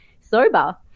sober